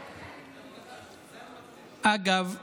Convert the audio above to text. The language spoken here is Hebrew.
אגב,